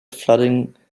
flooding